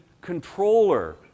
controller